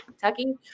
Kentucky